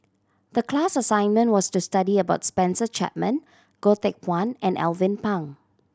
the class assignment was to study about Spencer Chapman Goh Teck Phuan and Alvin Pang